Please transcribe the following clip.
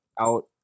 out